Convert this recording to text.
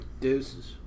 Deuces